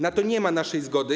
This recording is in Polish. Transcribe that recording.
Na to nie ma naszej zgody.